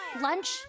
Lunch